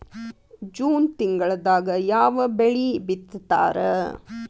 June ತಿಂಗಳದಾಗ ಯಾವ ಬೆಳಿ ಬಿತ್ತತಾರ?